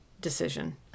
decision